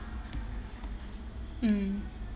mm